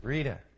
Rita